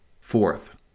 Fourth